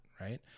right